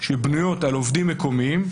שבנויות על עובדים מקומיים,